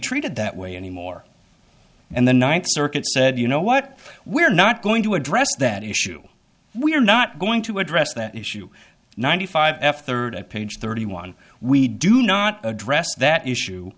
treated that way anymore and the ninth circuit said you know what we're not going to address that issue we're not going to address that issue ninety five f third page thirty one we do not address that issue